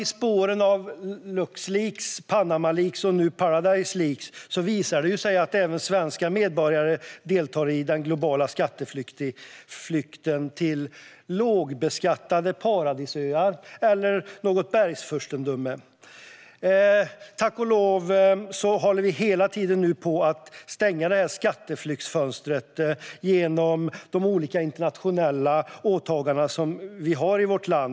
I spåren av Luxleaks, Panama Papers och nu Paradise Papers har det visat sig att även svenska medborgare deltar i den globala skatteflykten till lågbeskattade paradisöar eller något bergfurstendöme. Tack och lov stänger vi nu skatteflyktsfönstret alltmer genom de olika internationella åtaganden vi har i vårt land.